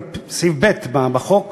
על סעיף קטן (ב) בחוק,